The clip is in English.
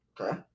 Okay